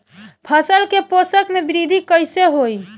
फसल के पोषक में वृद्धि कइसे होई?